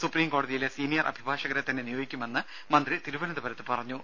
supreme കോടതിയിലെ senior അഭിഭാഷകരെ തന്നെ നിയോഗിക്കുമെന്ന് മന്ത്രി തിരുവനന്തപുരത്ത് പറഞ്ഞു